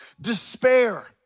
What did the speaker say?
despair